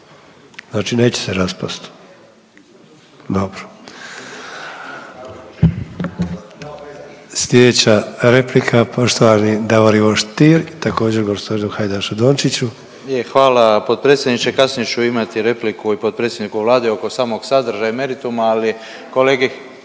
Znači neće se raspast? Dobro. Sljedeća replika, poštovani Davor Ivo Stier, također, g. Hajdašu Dončiću. **Stier, Davor Ivo (HDZ)** Je, hvala potpredsjedniče. Kasnije ću imati repliku i potpredsjedniku Vlade oko samog sadržaja i merituma, ali kolegi,